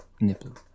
nipple